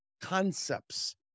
concepts